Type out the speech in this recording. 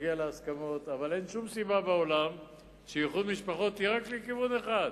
אבל אין שום סיבה בעולם שאיחוד משפחות יהיה רק לכיוון אחד,